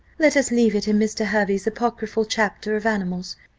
let us leave it in mr. hervey's apocryphal chapter of animals,